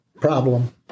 problem